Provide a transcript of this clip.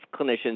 clinicians